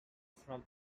from